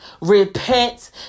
repent